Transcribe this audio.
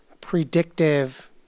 predictive